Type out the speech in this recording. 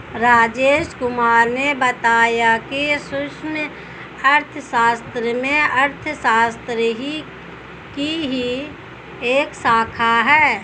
राजेश कुमार ने बताया कि सूक्ष्म अर्थशास्त्र अर्थशास्त्र की ही एक शाखा है